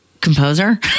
composer